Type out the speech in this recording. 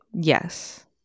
Yes